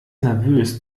nervös